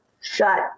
shut